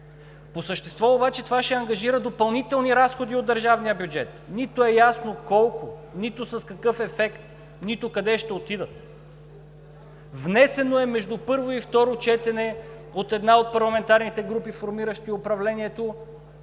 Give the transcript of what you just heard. По същество обаче това ще ангажира допълнителни разходи от държавния бюджет – нито е ясно колко, нито с какъв ефект, нито къде ще отидат. Внесено е между първо и второ четене от една от парламентарните групи, формиращи управлението,